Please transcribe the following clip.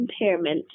impairment